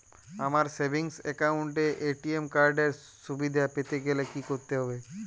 আমার savings account এ ATM card এর সুবিধা পেতে গেলে কি করতে হবে?